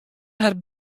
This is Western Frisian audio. har